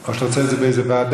או שאתה רוצה את זה באיזו ועדה?